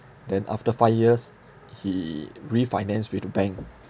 then after five years he refinance with the bank